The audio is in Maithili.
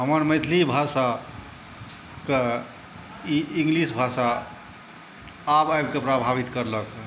हमर मैथिली भाषाके ई इंगलिश भाषा आब आबिके प्रभावित करलक हेँ